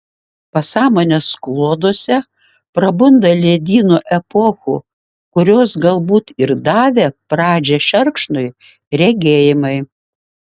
pasąmonės kloduose prabunda ledynų epochų kurios galbūt ir davė pradžią šerkšnui regėjimai